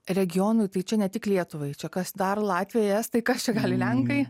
regionui tai čia ne tik lietuvai čia kas dar latviai estai kas čia gali lenkai